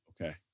Okay